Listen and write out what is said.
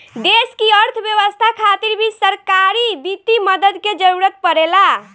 देश की अर्थव्यवस्था खातिर भी सरकारी वित्तीय मदद के जरूरत परेला